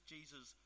Jesus